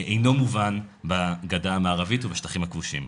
אינו מובן בגדה המערבית ובשטחים הכבושים.